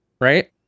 Right